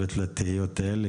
טל, היא לא הכתובת לתהיות האלה.